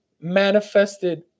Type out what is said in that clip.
manifested